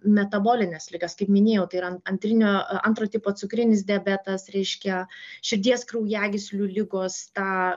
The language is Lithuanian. metabolines ligas kaip minėjau tai yra antrinio antro tipo cukrinis diabetas reiškia širdies kraujagyslių ligos tą